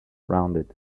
rounded